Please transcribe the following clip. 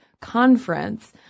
Conference